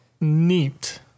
Neat